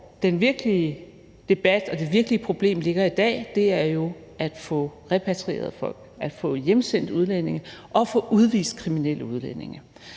den virkelige debat og det virkelige problem ligger i dag, er jo at få repatrieret folk, at få hjemsendt udlændinge og få udvist kriminelle udlændinge.